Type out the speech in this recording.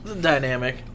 Dynamic